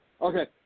Okay